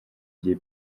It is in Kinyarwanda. gihe